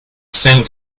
sent